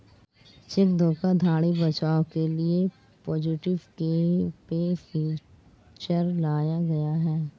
check धोखाधड़ी बचाव के लिए पॉजिटिव पे फीचर लाया गया है